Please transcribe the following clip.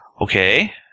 Okay